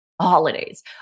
holidays